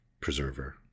preserver